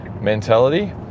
mentality